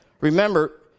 Remember